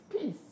peace